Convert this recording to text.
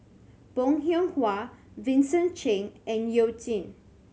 Bong Hiong Hwa Vincent Cheng and You Jin